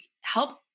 help